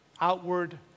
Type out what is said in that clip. outward